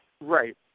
Right